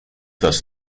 das